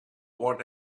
want